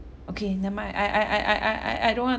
okay never mind I I I I I I I I don't want